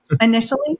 initially